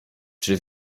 czy